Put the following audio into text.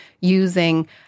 using